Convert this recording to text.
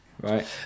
right